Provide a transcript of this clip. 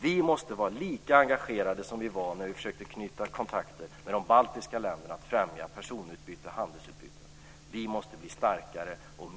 Vi måste vara lika engagerade som vi var när vi försökte knyta kontakter med de baltiska länderna för att främja personutbyte och handelsutbyte. Vi måste bli starkare.